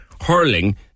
hurling